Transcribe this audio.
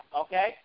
Okay